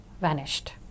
vanished